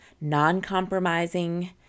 non-compromising